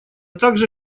также